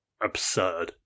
absurd